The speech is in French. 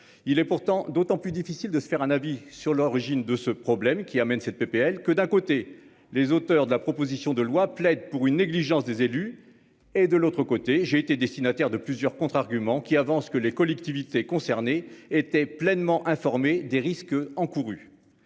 Il est pourtant d'autant plus difficile de se faire un avis sur l'origine de ce problème qui amène cette PPL que d'un côté, les auteurs de la proposition de loi plaide pour une négligence des élus et de l'autre côté, j'ai été destinataire de plusieurs contre-arguments qu'il avance que les collectivités concernées étaient pleinement informés des risques encourus.